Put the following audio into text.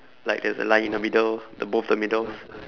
like there's a line in the middle the both the middles